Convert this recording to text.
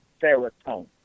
serotonin